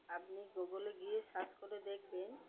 আপনি গুগলে গিয়ে সার্চ করে দেখবেন